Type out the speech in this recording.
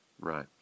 Right